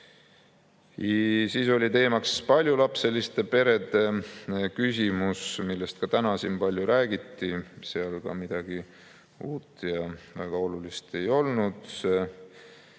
Siis olid teemaks paljulapselised pered, millest täna ka siin palju räägiti. Seal midagi uut ja väga olulist ei olnud.